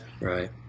Right